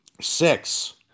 Six